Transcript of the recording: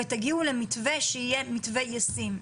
ותגיעו למתווה שיהיה מתווה ישים.